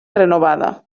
renovada